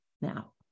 now